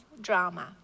drama